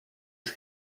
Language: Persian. است